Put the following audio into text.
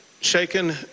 shaken